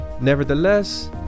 nevertheless